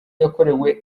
yakorewe